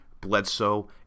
Bledsoe